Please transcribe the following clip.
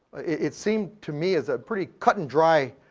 it seemed to me as ah pretty, cotton, dry